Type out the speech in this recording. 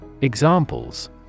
Examples